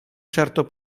certo